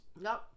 Nope